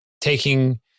taking